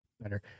better